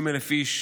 30,000 איש